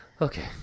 Okay